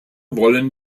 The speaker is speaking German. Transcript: wollen